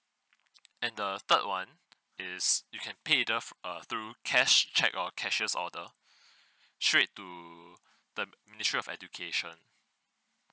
and the third one is you can pay the~ uh through cash cheque or cashier's order straight to the ministry of education